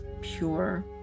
pure